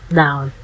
down